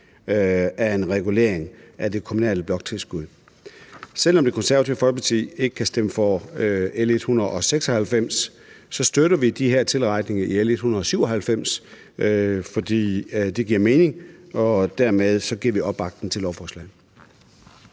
af en regulering af det kommunale bloktilskud. Selv om Det Konservative Folkeparti ikke kan stemme for L 196, støtter vi de her tilretninger i L 197, fordi det giver mening, og dermed giver vi opbakning til lovforslaget.